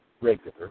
regular